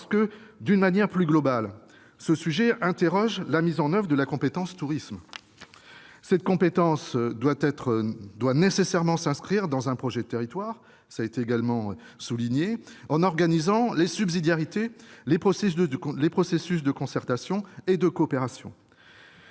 d'une manière plus globale, ce sujet suscite des questions sur la mise en oeuvre de la compétence tourisme ; cette compétence doit nécessairement s'inscrire dans un projet de territoire, cela a également été souligné, en organisant les subsidiarités, les processus de concertation et de coopération.